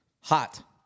hot